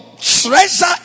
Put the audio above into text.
treasure